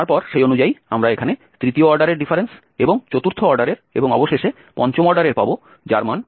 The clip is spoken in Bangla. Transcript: তারপর সেই অনুযায়ী আমরা এখানে তৃতীয় অর্ডারের ডিফারেন্স এবং চতুর্থ অর্ডারের এবং অবশেষে পঞ্চম অর্ডারের পাব যার মান 45